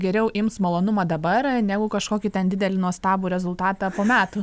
geriau ims malonumą dabar negu kažkokį ten didelį nuostabų rezultatą po metų